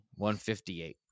158